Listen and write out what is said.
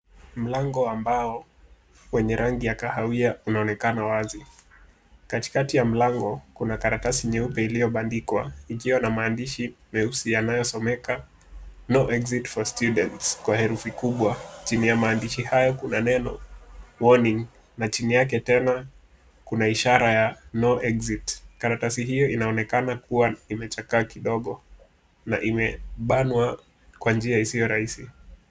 Mlango wa mbao wenye rangi ya kahawia unaonekana wazi. Katikati ya mlango kuna karatasi nyeupe iliyobandikwa na iliyo na maandishi yanayosomeka no exit for students kwa herufi kubwa. Chini ya maandishi hayo kuna neno warning na chini yake tena kuna ishara ya no exit . Karatasi hiyo inaonekana kuwa imechakaa kidogo na imebanwa kwa njia isiyo rahisi.